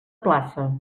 plaça